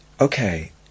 Okay